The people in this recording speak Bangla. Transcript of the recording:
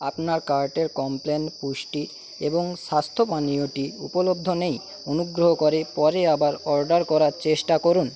আপনার কার্টের কমপ্ল্যান পুষ্টি এবং স্বাস্থ্য পানীয়টি উপলব্ধ নেই অনুগ্রহ করে পরে আবার অর্ডার করার চেষ্টা করুন